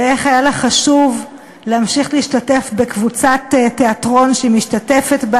ואיך היה לך חשוב להמשיך להשתתף בקבוצת תיאטרון שהיא משתתפת בה